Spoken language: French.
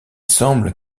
semble